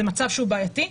זה מצב שהוא בעייתי,